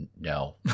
no